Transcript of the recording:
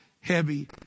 heavy